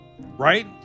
Right